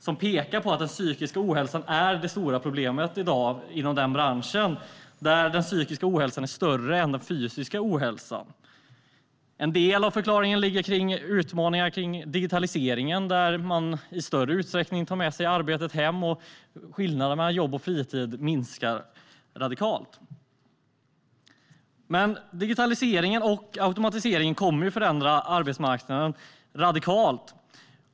Den pekar på att psykisk ohälsa är ett större problem än den fysiska ohälsan. En del av förklaringen ligger i digitaliseringen. Man tar i större utsträckning med sig arbetet hem, vilket gör att skillnaden mellan jobb och fritid minskar rejält. Digitaliseringen och automatiseringen kommer att förändra arbetsmarknaden radikalt.